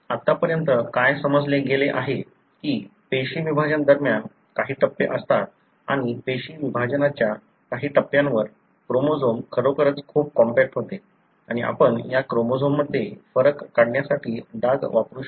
तर आत्ता पर्यंत काय समजले गेले आहे की पेशी विभाजन दरम्यान काही टप्पे असतात आणि पेशी विभाजनाच्या काही टप्प्यांवर क्रोमोझोम खरोखरच खूप कॉम्पॅक्ट होते आणि आपण या क्रोमोझोम्समध्ये फरक करण्यासाठी डाग वापरू शकतो